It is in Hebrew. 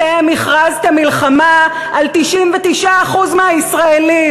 אתם הכרזתם מלחמה על 99% מהישראלים,